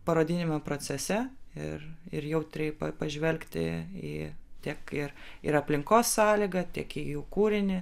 parodiniame procese ir ir jautriai pažvelgti į tiek ir ir aplinkos sąlygą tiek į jų kūrinį